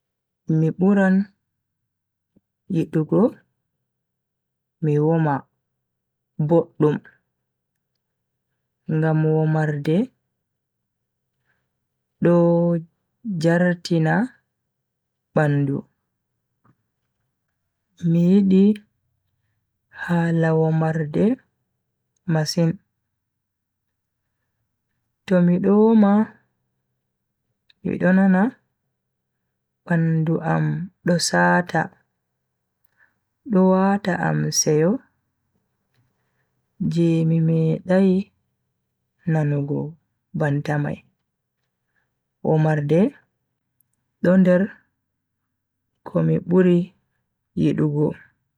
Mi buran yidugo mi woma boddum ngam womarde do jartina bandu. mi yidi hala womarde masin. to mido woma mido nana bandu am do saata do wata am seyo je mi medai nanugo banta mai. womarde do nder komi buri yidugo.